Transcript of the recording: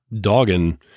dogging